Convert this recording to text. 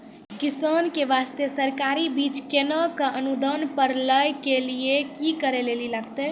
किसान के बास्ते सरकारी बीज केना कऽ अनुदान पर लै के लिए की करै लेली लागतै?